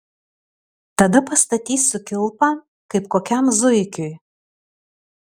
tada pastatysiu kilpą kaip kokiam zuikiui